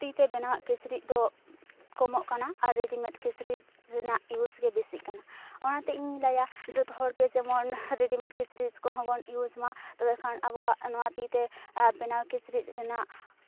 ᱛᱤᱛᱮ ᱵᱮᱱᱟᱣᱟᱜ ᱠᱤᱪᱨᱤᱡᱽ ᱫᱚ ᱠᱚᱢᱚᱜ ᱠᱟᱱᱟ ᱟᱨ ᱨᱮᱰᱤᱢᱮᱰ ᱠᱤᱪᱨᱤᱡᱽ ᱨᱮᱱᱟᱜ ᱤᱭᱩᱡᱽᱜᱮ ᱵᱤᱥᱤᱜ ᱠᱟᱱᱟ ᱚᱱᱟᱛᱮ ᱤᱧ ᱞᱟᱹᱭᱟ ᱡᱚᱛᱚᱦᱚᱲ ᱜᱮ ᱡᱮᱢᱚᱱ ᱨᱮᱰᱤᱢᱮᱰ ᱠᱤᱪᱨᱤᱡᱽ ᱠᱚᱦᱚᱸ ᱵᱚᱱ ᱤᱭᱩᱡᱽ ᱢᱟ ᱛᱚᱵᱮᱠᱷᱟᱱ ᱟᱵᱚᱣᱟᱜ ᱱᱚᱣᱟ ᱛᱤᱛᱮ ᱵᱮᱱᱟᱣ ᱠᱤᱪᱨᱤᱡᱽ ᱨᱮᱱᱟᱜ